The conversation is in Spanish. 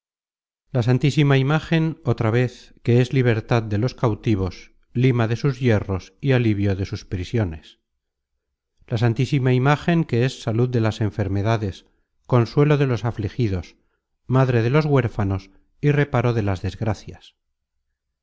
la santísima imágen otra vez que es libertad de los cautivos lima de sus hierros y alivio de sus prisiones la santísima imágen que es salud de las enfermedades consuelo de los afligidos madre de los huérfanos y reparo de las desgracias